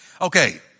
Okay